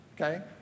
Okay